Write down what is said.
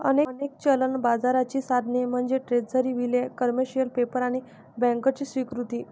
अनेक चलन बाजाराची साधने म्हणजे ट्रेझरी बिले, कमर्शियल पेपर आणि बँकर्सची स्वीकृती